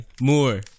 more